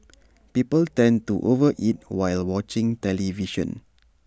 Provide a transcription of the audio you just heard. people tend to over eat while watching television